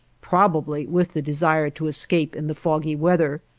probably with the desire to escape in the foggy weather,